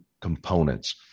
components